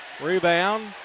Rebound